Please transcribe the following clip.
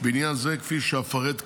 בעניין זה, כפי שאפרט כעת.